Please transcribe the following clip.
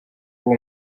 uwo